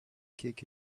kick